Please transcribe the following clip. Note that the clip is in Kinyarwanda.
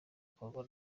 congo